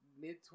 mid